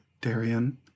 Darian